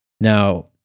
Now